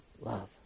Love